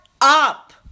up